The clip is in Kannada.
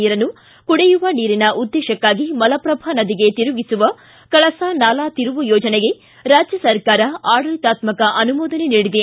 ನೀರನ್ನು ಕುಡಿಯುವ ನೀರಿನ ಉದ್ವೇಶಕ್ಕಾಗಿ ಮಲಪ್ರಭಾ ನದಿಗೆ ತಿರುಗಿಸುವ ಕಳಸಾ ನಾಲಾ ತಿರುವು ಯೋಜನೆಗೆ ರಾಜ್ಯ ಸರ್ಕಾರ ಆಡಳಿತಾತ್ನಕ ಅನುಮೋದನೆ ನೀಡಿದೆ